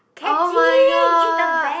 oh-my-god